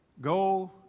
Go